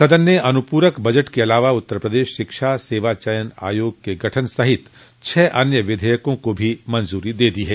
सदन ने अनुपूरक बजट के अलावा उत्तर प्रदेश शिक्षा सेवा चयन आयोग के गठन सहित छह अन्य विधेयकों को भी मंजूरी दे दी है